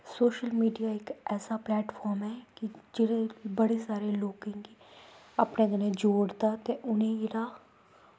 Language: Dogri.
सोशल मीडिया इक ऐसा प्लेटफार्म ऐ कि जेह्ड़े बड़े सारे लोकें गी अपने कन्नै जोड़दा ते उ'नेंगी जेह्ड़ा